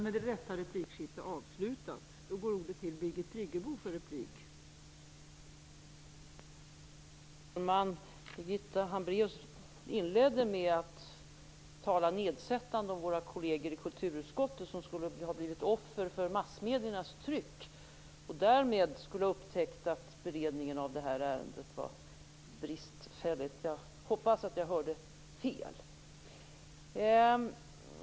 Fru talman! Birgitta Hambraeus inledde med att tala nedsättande om våra kolleger i kulturutskottet. De skulle ha blivit offer för massmediernas tryck, och de skulle därmed ha upptäckt att beredningen av det här ärendet var bristfällig. Jag hoppas att jag hörde fel.